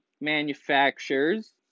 manufacturers